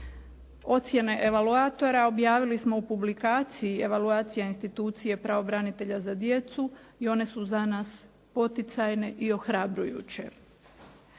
Ocjene evaluatora objavili smo u publikaciji evaluacija institucije pravobranitelja za djecu i one su za nas poticajne i ohrabrujuće.